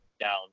down